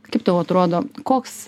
kaip tau atrodo koks